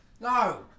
no